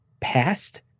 past